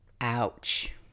Ouch